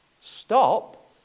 Stop